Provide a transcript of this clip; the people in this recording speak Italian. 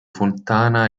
fontana